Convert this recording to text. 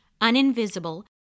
uninvisible